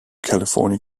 california